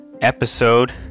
episode